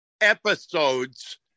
episodes